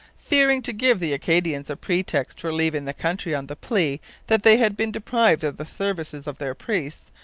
fearing to give the acadians a pretext for leaving the country on the plea that they had been deprived of the services of their priests,